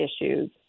issues